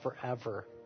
Forever